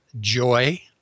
joy